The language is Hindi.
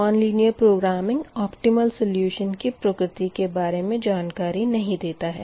non linear programming optimal solution की प्रकृति के बारे मे जानकारी नही देता है